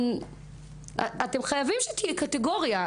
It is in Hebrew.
אתם חייבים שתהיה קטגוריה.